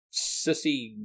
sissy